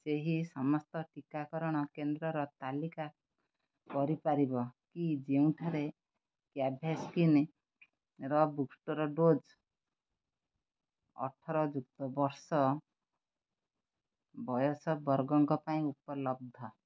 ସେହି ସମସ୍ତ ଟିକାକରଣ କେନ୍ଦ୍ରର ତାଲିକା କରିପାରିବ କି ଯେଉଁଠାରେ କେଭାସ୍କିନ୍ ର ବୁଷ୍ଟର୍ ଡ଼ୋଜ୍ ଅଠର ଯୁକ୍ତ ବର୍ଷ ବୟସ ବର୍ଗଙ୍କ ପାଇଁ ଉପଲବ୍ଧ